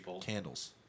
candles